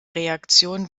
reaktion